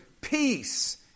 Peace